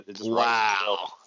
Wow